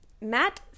Matt